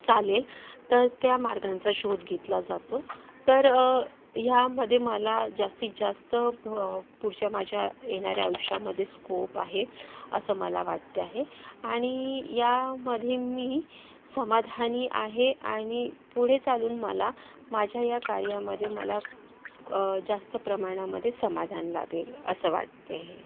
चालेल तर त्या मार्गांचा शोध घेतला जातो तर ह्यामध्ये मला जास्तीत जास्त पुढच्या माझ्या येणाऱ्या आयुष्यामध्ये स्कोप आहे असं मला वाटते आहे आणि ह्यामध्ये मी समाधानी आहे आणि पुढे चालून मला माझ्या या कार्यामध्ये मला जास्त प्रमाणामध्ये समाधान लाभेल असं वाटते